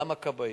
גם הכבאים,